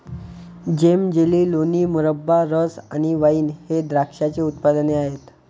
जेम, jelly, लोणी, मुरब्बा, रस आणि वाइन हे द्राक्षाचे उत्पादने आहेत